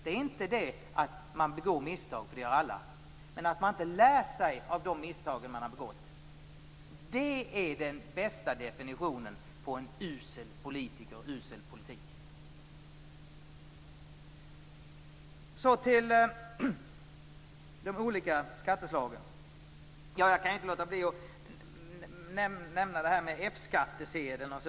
Det sämsta är inte att man begår misstag - det gör alla - utan att man inte lär sig av misstagen. Det är den bästa definitionen av en usel politiker och en usel politik. När det gäller de olika skatteslagen kan jag kan inte låta bli att nämna F-skattsedeln.